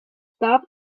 start